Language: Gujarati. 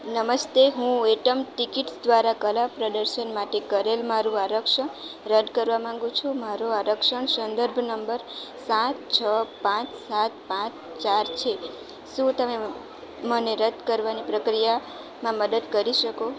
નમસ્તે હું એટમ ટિકિટ્સ દ્વારા કલા પ્રદર્શન માટે કરેલ મારું આરક્ષણ રદ કરવા માંગુ છું મારો આરક્ષણ સંદર્ભ નંબર સાત છ પાંચ સાત પાંચ ચાર છે શું તમે મને રદ કરવાની પ્રક્રિયામાં મદદ કરી શકો